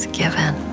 given